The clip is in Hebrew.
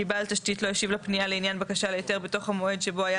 כי בעל תשתית לא השיב לפנייה לעניין בקשה להיתר בתוך המועד שבו היה